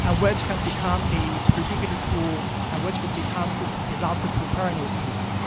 and which can become a predictive tool and which can become disaster-preparedness tool.